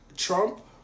Trump